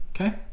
Okay